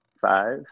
Five